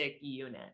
unit